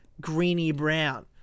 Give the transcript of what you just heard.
greeny-brown